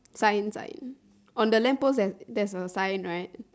sign sign on the lamp post there's a sign right